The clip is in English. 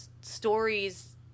stories